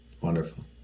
Wonderful